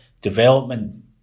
development